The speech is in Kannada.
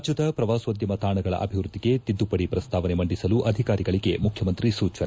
ರಾಜ್ಯದ ಪ್ರವಾಸೋದ್ಯಮ ತಾಣಗಳ ಅಭಿವೃದ್ಧಿಗೆ ತಿದ್ದುಪಡಿ ಪ್ರಸ್ತಾವನೆ ಮಂಡಿಸಲು ಅಧಿಕಾರಿಗಳಿಗೆ ಮುಖ್ಯಮಂತ್ರಿ ಸೂಚನೆ